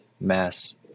Mass